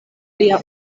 lia